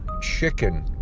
chicken